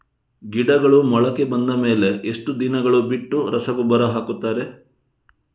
ಗಿಡಗಳು ಮೊಳಕೆ ಬಂದ ಮೇಲೆ ಎಷ್ಟು ದಿನಗಳು ಬಿಟ್ಟು ರಸಗೊಬ್ಬರ ಹಾಕುತ್ತಾರೆ?